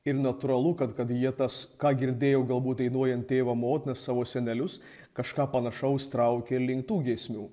ir natūralu kad kad jie tas ką girdėjo galbūt dainuojant tėvą motiną savo senelius kažką panašaus traukė link tų giesmių